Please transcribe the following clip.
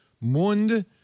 Mund